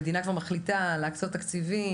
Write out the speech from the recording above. המדינה כבר מחליטה להקצות תקציבים,